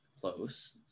close